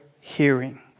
hearing